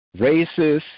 racist